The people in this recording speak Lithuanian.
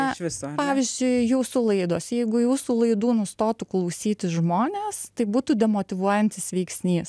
na pavyzdžiui jūsų laidos jeigu jūsų laidų nustotų klausytis žmonės tai būtų demotyvuojantis veiksnys